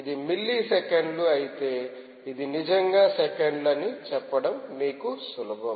ఇది మిల్లీ సెకన్లు అయితే ఇది నిజంగా సెకన్లు అని చెప్పడం మీకు సులభం